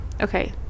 okay